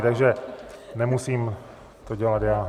Takže nemusím to dělat já.